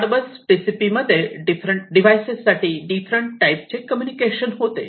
Modbus TCP मध्ये different devices साठी different टाईपचे कम्युनिकेशन होते